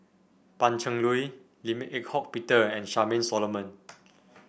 Pan Cheng Lui Lim Eng Hock Peter and Charmaine Solomon